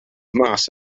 mas